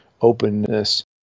openness